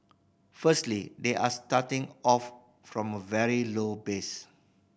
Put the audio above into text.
firstly they are starting off from a very low base